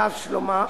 הרב שלמה עמאר.